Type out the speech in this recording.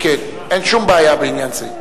אין שום בעיה בעניין זה.